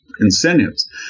incentives